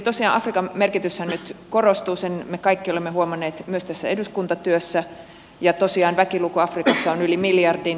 tosiaan afrikan merkityshän nyt korostuu sen me kaikki olemme huomanneet myös tässä eduskuntatyössä ja tosiaan väliluku afrikassa on yli miljardin